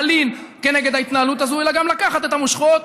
להלין כנגד ההתנהלות הזאת אלא גם לקחת את המושכות